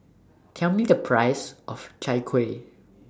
Tell Me The Price of Chai Kuih